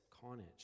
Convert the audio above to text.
carnage